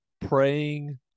praying